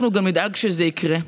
אנחנו גם נדאג שזה יקרה.